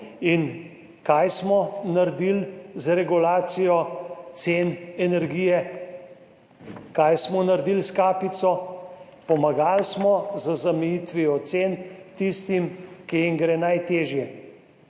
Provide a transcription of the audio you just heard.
Kaj smo naredili z regulacijo cen energije? Kaj smo naredili s kapico? Pomagali smo z zamejitvijo cen tistim, ki jim gre najtežje,